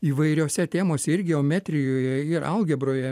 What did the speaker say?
įvairiose temose ir geometrijoje ir algebroje